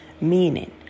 meaning